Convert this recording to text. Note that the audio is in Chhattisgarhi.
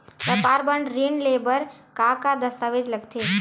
व्यापार बर ऋण ले बर का का दस्तावेज लगथे?